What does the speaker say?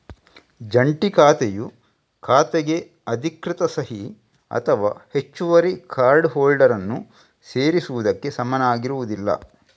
ಜಂಟಿ ಖಾತೆಯು ಖಾತೆಗೆ ಅಧಿಕೃತ ಸಹಿ ಅಥವಾ ಹೆಚ್ಚುವರಿ ಕಾರ್ಡ್ ಹೋಲ್ಡರ್ ಅನ್ನು ಸೇರಿಸುವುದಕ್ಕೆ ಸಮನಾಗಿರುವುದಿಲ್ಲ